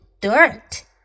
dirt